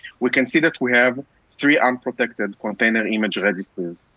we can see that we have three unprotected container image registries.